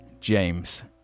James